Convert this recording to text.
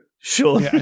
Sure